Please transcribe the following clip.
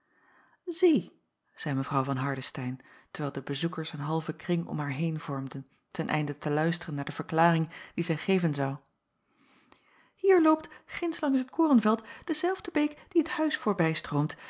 zie zeî mw van hardestein terwijl de bezoekers een halven kring om haar heen vormden ten einde te luisteren naar de verklaring die zij geven zou hier loopt ginds langs het korenveld dezelfde beek die het huis